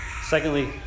Secondly